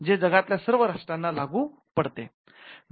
जे जगातल्या सर्व राष्ट्रांना लागू पडते